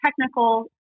technical